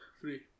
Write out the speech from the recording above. three